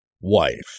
wife